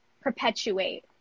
perpetuate